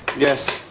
yes.